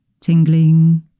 tingling